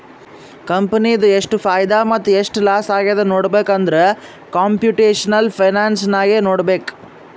ಕಂಪನಿದು ಎಷ್ಟ್ ಫೈದಾ ಮತ್ತ ಎಷ್ಟ್ ಲಾಸ್ ಆಗ್ಯಾದ್ ನೋಡ್ಬೇಕ್ ಅಂದುರ್ ಕಂಪುಟೇಷನಲ್ ಫೈನಾನ್ಸ್ ನಾಗೆ ನೋಡ್ಬೇಕ್